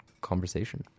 conversation